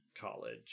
college